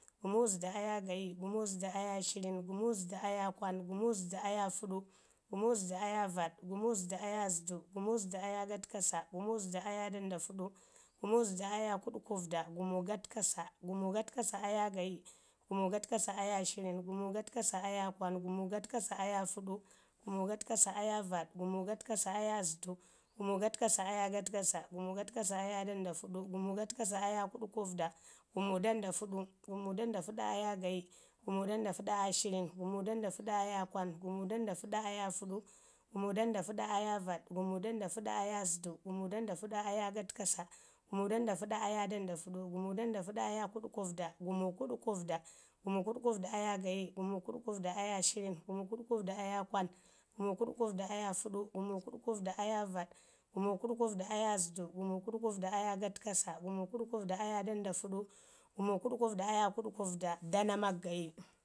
gumu zədu aya gayi, gumu zədu aya shirin, gumu zədu aya fuɗu, gumu zədu aya vaɗ, gumu zədu aya zədu, gumu zədu aya gatkasa, gumu zədu aya Dandafuɗu, gumu zədu aya kuɗkufda, gumu gatkasa, gumu gatkasa aya gayi, gumu gatkasa aya shirim, gumu gatkasa aya kwan, gumu gatkasa aya fuɗu, gumu gatkasa aya vaɗ, gumu gatkasa aya zədu, gumu gatkasa aya gatkasa, gumu gatka aya Dandafuɗu, gumu gatkasa aya kuɗkufda, gumu Dandafuɗu, gumu Dandafuɗu aya gayi, gumu Dandafuɗu aya shirin, gumu Dandafuɗu aya kwan, gumu Dandafuɗu aya fuɗu, gumu Dandafuɗu aya vaɗ, gumu Dandafuɗu aya zədu, gumu Dandafuɗu aya gatkasa, gumu Dandafuɗu aya Dandafuɗu, gumu Dandafuɗu aya kuɗkufda, gumu kuɗkufda, gumu kuɗkufda aya gayi, gumu kuɗkufda aya shirin, gumu kuɗkufda aya kwan, gumu kuɗkufda aya fuɗu, gumu kuɗkufda aya vaɗ, gumu kuɗkufda aya zədu, gumu kuɗkufda aya gatkasa, gumu kuɗkufda aya Dandafuɗu, gumu kuɗkufda aya kuɗkufda, Danamak gayi.